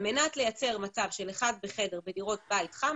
על-מנת לייצר מצב של אחד בחדר בדירות בית חם,